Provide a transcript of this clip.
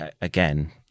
again